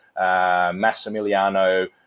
Massimiliano